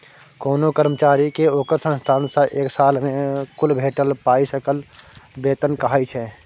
कोनो कर्मचारी केँ ओकर संस्थान सँ एक साल मे कुल भेटल पाइ सकल बेतन कहाइ छै